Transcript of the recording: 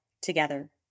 together